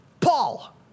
Paul